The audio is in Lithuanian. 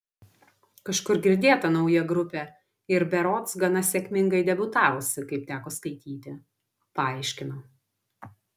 kažkur girdėta nauja grupė ir berods gana sėkmingai debiutavusi kaip teko skaityti paaiškino